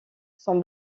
sont